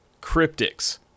Cryptics